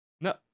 No